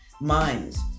minds